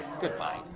Goodbye